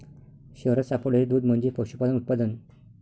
शहरात सापडलेले दूध म्हणजे पशुपालन उत्पादन